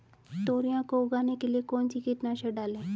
तोरियां को उगाने के लिये कौन सी कीटनाशक डालें?